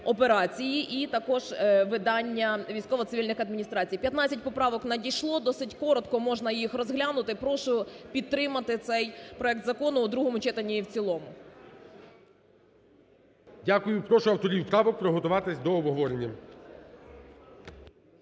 і також видання військово-цивільних адміністрацій. П'ятнадцять поправок надійшло, досить коротко можна їх розглянути. Прошу підтримати цей проект закону у другому читанні і в цілому. ГОЛОВУЮЧИЙ. Дякую. Прошу авторів правок підготуватись до обговорення.